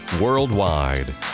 worldwide